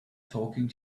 talking